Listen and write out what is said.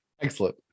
Excellent